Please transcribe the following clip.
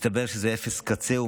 מסתבר שזה אפס קצהו,